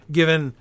given